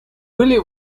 были